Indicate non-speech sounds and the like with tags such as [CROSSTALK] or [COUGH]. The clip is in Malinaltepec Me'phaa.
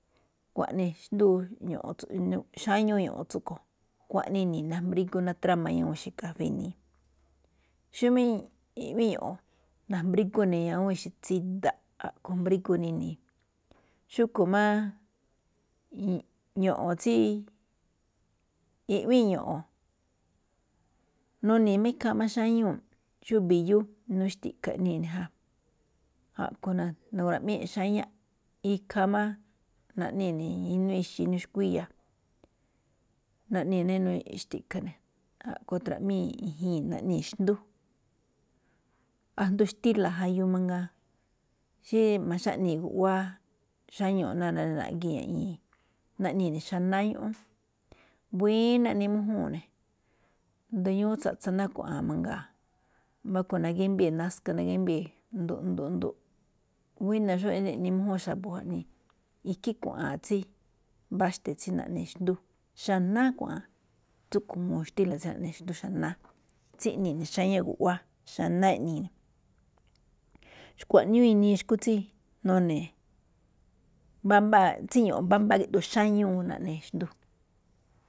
Xkuaꞌnii xndúu ño̱ꞌo̱n [HESITATION] xáñúu ño̱ꞌo̱n tsúꞌkhue̱n, xkuaꞌnii ini̱i̱ najmbrígú ná tráma ñawúun ixe̱ kafée ini̱i̱. Xómáꞌ iꞌwíin ño̱ꞌo̱n najmbrígú ne̱ ñawúun ixe̱ tsída̱ꞌ a̱ꞌkhue̱n jmbrígú ne̱ ini̱i̱. Xúꞌkhue̱n máꞌ ño̱ꞌo̱n tsí, iꞌwíin ño̱ꞌo̱n, nuni̱i̱ ikhaa má xáñuu̱ꞌ, xóo mbi̱yú inuu xki̱ꞌkha̱ iꞌnii̱ ne̱ ja, a̱ꞌkhue̱n na̱grua̱ꞌmee̱ xáñá, ikhaa máꞌ naꞌnii̱ ne̱ inúu ixe̱ inuu xkuíya̱, naꞌnii̱ ne̱ ná inuu xti̱ꞌkha̱. A̱ꞌkhue̱n tra̱ꞌmíi i̱ji̱i̱n, naꞌnii̱ xndú, asndo xtila jayu mangaa, xí ma̱xáꞌnii̱ guꞌwáá xáñuu̱ ná naꞌgíi ña̱ꞌñii̱, naꞌnii̱ ne̱ xánáá ñúꞌún. Buína̱ eꞌne mújúu̱n ne̱, asndo ñúú tsaꞌtsa ná kua̱ꞌa̱a̱n mangaa̱, wámba̱ rúꞌkhue̱n nagímbée̱ naska nagímbée̱ nduꞌ nduꞌ, buína̱ xó eꞌne mújúun xa̱bo̱ jaꞌnii. Ikhín kua̱ꞌa̱a̱n tsí mbáxte̱ tsí naꞌne xndú, xanáá kua̱ꞌa̱a̱n, tsúꞌkhue̱n juun xtíla̱ tsí naꞌne xndú xanáá, tsíꞌnii̱ ne̱ xáñá guꞌwáá, xanáá iꞌnii̱ ne̱. Xkuaꞌniúú inii xu̱kú tsí none̱, mbámbáa, tsí ño̱ꞌo̱n mbámbáa xáñúu naꞌne xndú.